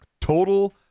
Total